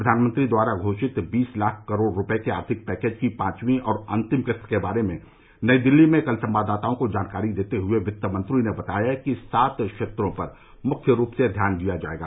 प्रधानमंत्री द्वारा घोषित बीस लाख करोड़ रूपये के आर्थिक पैकेज की पांचवी और अंतिम किस्त के बारे में नई दिल्ली में कल संवाददाताओं को जानकारी देते हुए वित्त मंत्री ने बताया कि सात क्षेत्रों पर मुख्य रूप से ध्यान दिया जाएगा